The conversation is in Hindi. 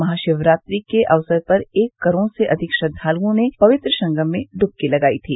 महाशिवरात्रि के अवसर पर एक करोड़ से अधिक श्रद्वाल्ऑने पवित्र संगम में ड्बकी लगाई थी